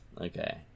okay